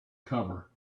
cover